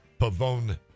Pavone